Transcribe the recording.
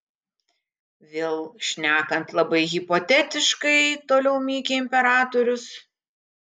vėl šnekant labai hipotetiškai toliau mykė imperatorius